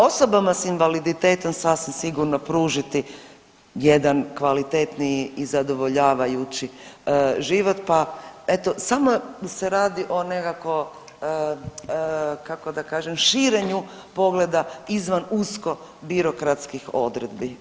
Osobama s invaliditetom sasvim sigurno pružiti jedan kvalitetniji i zadovoljavajući život, pa eto samo se radi o nekako kako da kažem širenju pogleda izvan usko birokratskih odredbi.